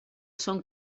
són